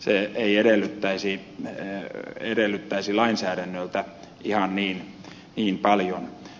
se ei edellyttäisi lainsäädännöltä ihan niin paljon